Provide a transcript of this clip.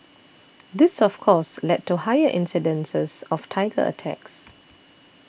this of course led to higher incidences of tiger attacks